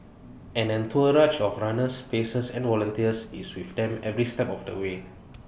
an entourage of runners pacers and volunteers is with them every step of the way